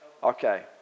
Okay